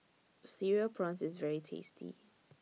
Cereal Prawns IS very tasty